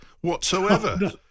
whatsoever